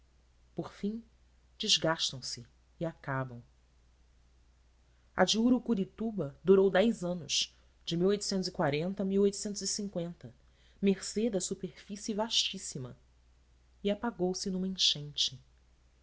por fim desgastam se e acabam a de urucurituba durou dez anos de mercê da superfície vastíssima e apagou-se numa enchente